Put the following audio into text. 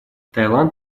таиланд